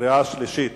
בקריאה שלישית.